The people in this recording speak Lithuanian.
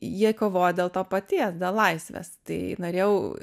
jie kovoja dėl to paties dėl laisvės tai norėjau